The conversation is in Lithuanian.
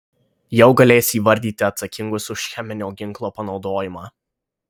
jau galės įvardyti atsakingus už cheminio ginklo panaudojimą